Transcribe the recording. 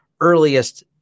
earliest